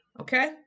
okay